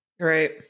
Right